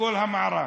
בכל המערך.